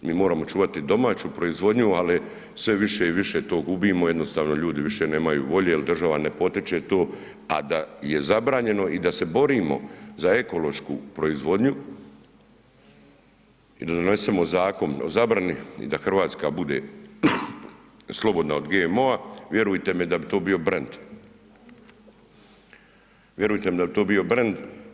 Mi moramo čuvati domaću proizvodnju, ali sve više i više to gubimo, jednostavno ljudi više nemaju volje jel država ne potiče to, a da je zabranjeno i da se borimo za ekološku proizvodnju i da donesemo Zakon o zabrani i da RH bude slobodna od RH, vjerujte mi da bi to bio brend, vjerujte mi da bi to bio brend.